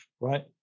right